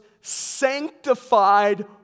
sanctified